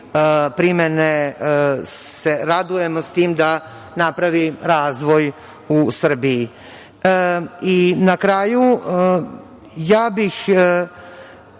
primene se radujemo, s tim da napravi razvoj u Srbiji. Na kraju, ja bih